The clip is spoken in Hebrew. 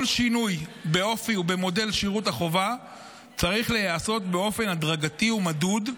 כל שינוי באופי ובמודל של שירות החובה צריך להיעשות באופן הדרגתי ומדוד,